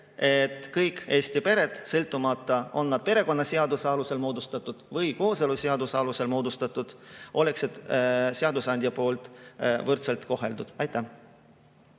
kõik Eesti pered, sõltumata sellest, kas nad on perekonnaseaduse alusel moodustatud või kooseluseaduse alusel moodustatud, oleksid seadusandja poolt võrdselt koheldud. Kalle